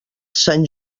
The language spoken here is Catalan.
sant